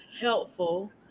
helpful